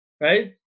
right